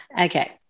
okay